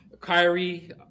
Kyrie